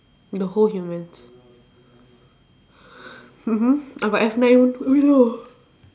the whole humans mmhmm I got F nine